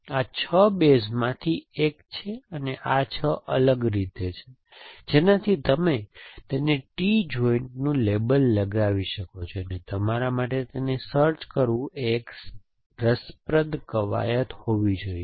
આ 6 બેઝમાંથી એક છે અને 6 અલગ અલગ રીતો છે જેનાથી તમે તેને T જોઈન્ટનું લેબલ લગાવી શકો છો અને તમારા માટે તેને સર્ચ કરવું એ એક રસપ્રદ કવાયત હોવી જોઈએ